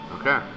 Okay